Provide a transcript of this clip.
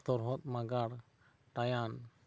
ᱛᱚᱨᱦᱚᱫᱽ ᱢᱟᱜᱟᱲ ᱛᱟᱭᱟᱱ